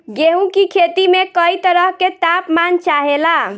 गेहू की खेती में कयी तरह के ताप मान चाहे ला